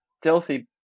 stealthy